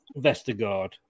Vestergaard